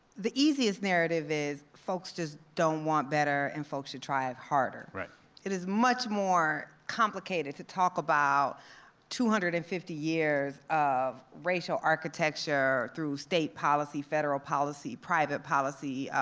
the easiest narrative is folks just don't want better and folks should try harder. it is much more complicated to talk about two hundred and fifty years of racial architecture through state policy, federal policy, private policy,